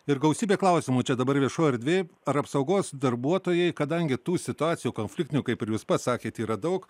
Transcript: ir gausybė klausimų čia dabar viešoj erdvėj ar apsaugos darbuotojai kadangi tų situacijų konfliktinių kaip ir jūs pasakėt yra daug